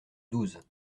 douze